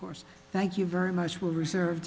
course thank you very much will reserve